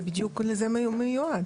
זה בדיוק לזה מיועד.